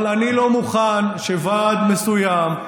אבל אני לא מוכן שוועד מסוים,